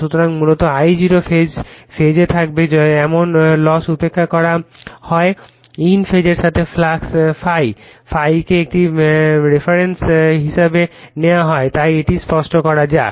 সুতরাং মূলত I0 phase এ থাকবে এখন লস উপেক্ষা করা হয় ইন ফেজ এর সাথে ফ্লাক্স ∅∅ কে একটি রেফারেন্স হিসাবে নেওয়া হয় তাই এটিকে স্পষ্ট করা যাক